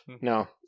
No